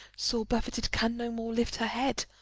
sore buffeted, can no more lift her head,